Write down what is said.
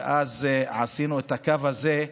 ואז עשינו את הקו הזה,